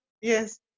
Yes